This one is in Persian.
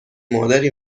مادری